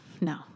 no